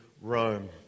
Rome